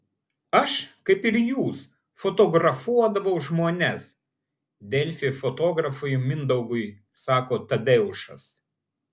aš kaip ir jūs fotografuodavau žmones delfi fotografui mindaugui sako tadeušas